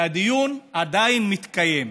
והדיון עדיין מתקיים.